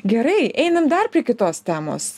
gerai einam dar prie kitos temos